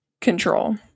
control